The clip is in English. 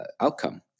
outcome